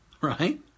right